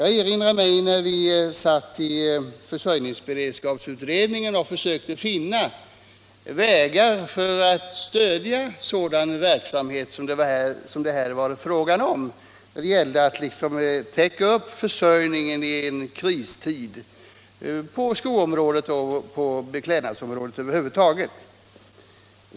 Jag erinrar mig hur det var i försörjningsberedskapsutredningen, när vi försökte finna vägar för att stödja sådan verksamhet som det här är fråga om. Det gällde då att i en kristid täcka upp försörjningen på skoområdet och på beklädnadsområdet över huvud taget.